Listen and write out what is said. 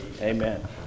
Amen